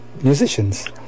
musicians